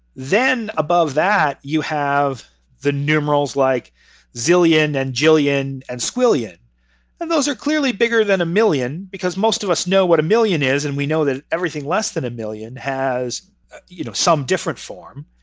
then above that, you have the numerals like zillion and jillion and squillion and those are clearly bigger than a million because most of us know what a million is and we know that everything less than a million has you know some different form,